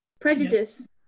prejudice